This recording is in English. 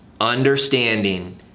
understanding